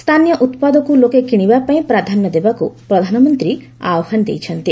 ସ୍ଥାନୀୟ ଉତ୍ପାଦକୁ ଲୋକେ କିଶିବାପାଇଁ ପ୍ରାଧାନ୍ୟ ଦେବାକୁ ପ୍ରଧାନମନ୍ତ୍ରୀ ଆହ୍ୱାନ ଦେଇଛନ୍ତି